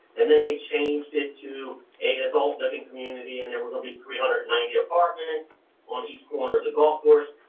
and then they changed it to an adult living community and there will will be three hundred and ninety apartments on each corner of the golf course,